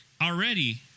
already